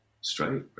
straight